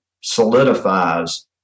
solidifies